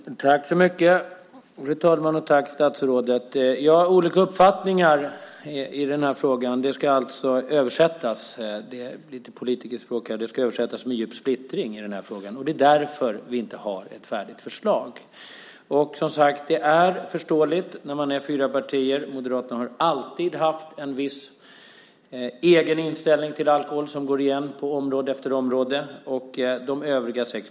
Fru talman! Jag tackar justitieministern. Justitieministern säger att det finns olika uppfattningar i frågan. Det är politikerspråk och ska översättas med "djup splittring i frågan". Det är därför vi inte har ett färdigt förslag. Som sagt är det förståeligt när man är fyra partier. Moderaterna har alltid haft en viss egen inställning till alkohol. Den går igen på område efter område.